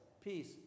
peace